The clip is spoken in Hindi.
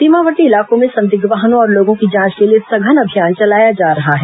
सीमावर्ती इलाकों में संदिग्ध वाहनों और लोगों की जांच के लिए सघन अभियान चलाया जा रहा है